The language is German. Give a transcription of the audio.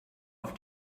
auf